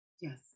Yes